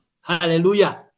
Hallelujah